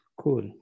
Cool